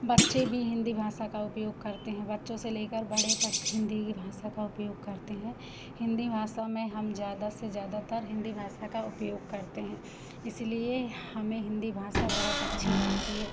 बच्चे भी हिन्दी भाषा का उपयोग करते हैं बच्चों से लेकर बड़े तक हिन्दी की भाषा का उपयोग करते हैं हिन्दी भाषा में हम ज़्यादा से ज़्यादातर हिन्दी भाषा का उपयोग करते हैं इसलिए हमें हिन्दी भाषा बहुत अच्छी लगती है